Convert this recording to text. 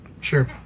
Sure